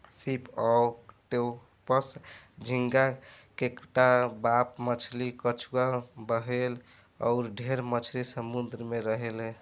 सीप, ऑक्टोपस, झींगा, केकड़ा, बाम मछली, कछुआ, व्हेल अउर ढेरे मछली समुंद्र में रहेले